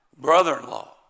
brother-in-law